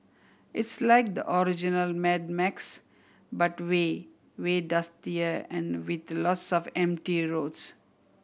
it's like the original Mad Max but way way dustier and with lots of empty roads